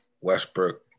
Westbrook